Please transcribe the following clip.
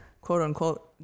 quote-unquote